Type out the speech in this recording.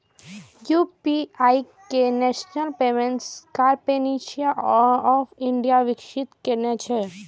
UPI कें national payments corporation of India विकसित केने छै